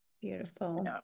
Beautiful